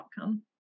outcome